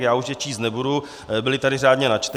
Já už je číst nebudu, byly tady řádně načteny.